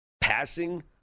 passing